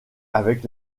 avec